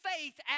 faith